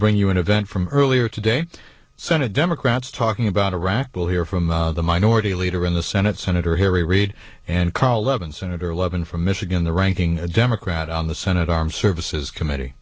bring you an event from earlier today senate democrats talking about iraq we'll hear from the minority leader in the senate senator harry reid and carl levin senator levin from michigan the ranking democrat on the senate armed services committee